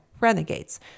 renegades